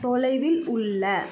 தொலைவில் உள்ள